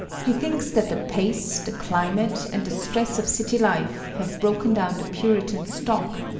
he thinks that the pace, the climate, and the stress of city life, have broken down the puritan stock,